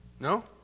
No